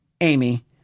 Amy